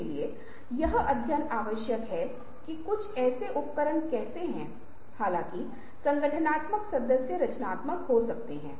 वास्तव में कविता में आप कहते हैं कि सादृश्य रूपक उपमा है और रचनात्मकता की रीढ़ है